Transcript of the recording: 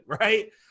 right